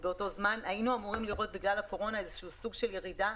היינו אמורים לראות בגלל הקורונה איזושהי ירידה,